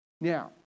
Now